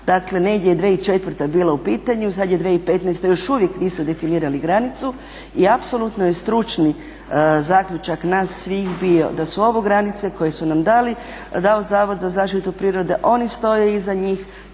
Dakle negdje 2004.je bila u pitanju, sad je 2015.još uvijek nisu definirali granicu i apsolutno je stručni zaključak nas svih bio da su ovo granice koje su nam dali dao Zavod za zaštitu prirode oni stoje iza njih